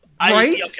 Right